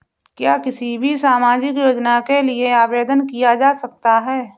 क्या किसी भी सामाजिक योजना के लिए आवेदन किया जा सकता है?